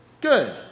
Good